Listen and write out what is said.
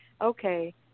okay